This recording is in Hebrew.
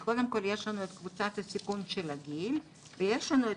אז קודם כל יש לנו את קבוצת הסיכון של הגיל ויש לנו את